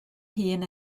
hun